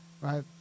Right